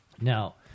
now